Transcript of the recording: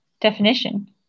definition